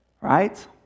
Right